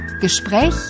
Gespräch